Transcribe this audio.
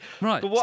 Right